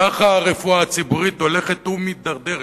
כך הרפואה הציבורית הולכת ומידרדרת,